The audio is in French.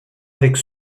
avec